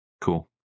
Cool